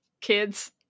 kids